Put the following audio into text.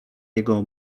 jego